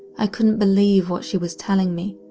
i couldn't believe what she was telling me.